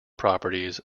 properties